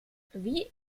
wie